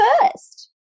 first